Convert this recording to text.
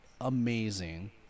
amazing